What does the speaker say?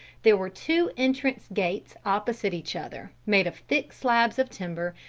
there were two entrance gates opposite each other, made of thick slabs of timber,